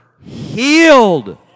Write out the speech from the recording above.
healed